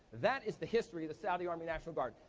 that is the history of the saudi army national guard.